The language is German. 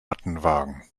mattenwagen